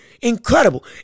incredible